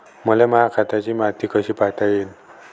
मले खात्याची मायती कशी पायता येईन?